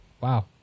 Wow